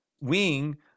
wing